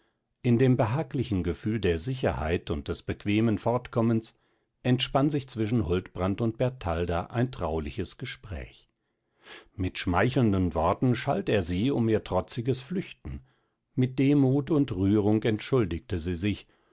in dem behaglichen gefühl der sicherheit und des bequemen fortkommens entspann sich zwischen huldbrand und bertalda ein trauliches gespräch mit schmeichelnden worten schalt er sie um ihr trotziges flüchten mit demut und rührung entschuldigte sie sich